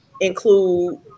include